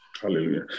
hallelujah